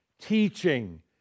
teaching